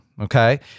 Okay